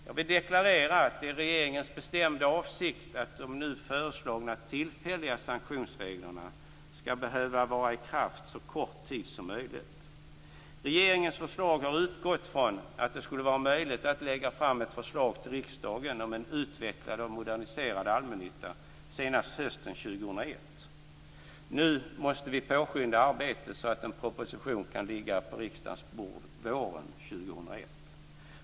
Jag vill deklarera att det är regeringens bestämda avsikt att de nu föreslagna tillfälliga sanktionsreglerna skall behöva vara i kraft så kort tid som möjligt. Regeringens förslag har utgått ifrån att det skulle vara möjligt att lägga fram ett förslag till riksdagen om en utvecklad och moderniserad allmännytta senast hösten 2001. Nu måste vi påskynda arbetet så att en proposition kan ligga på riksdagens bord våren 2001.